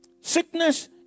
sickness